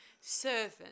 servant